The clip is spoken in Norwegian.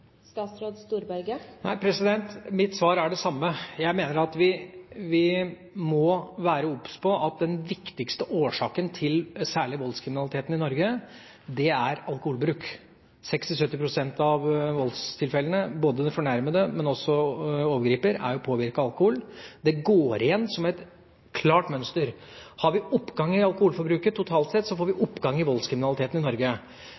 Nei, mitt svar er det samme. Jeg mener at vi må være obs på at den viktigste årsaken til særlig voldskriminaliteten i Norge er alkoholbruk. I 60–70 pst. av voldstilfellene er ikke bare den fornærmede, men også overgriperen påvirket av alkohol. Det går igjen som et klart mønster. Har vi oppgang i alkoholforbruket i Norge totalt sett, får vi oppgang i